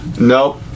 Nope